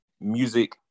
Music